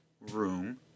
room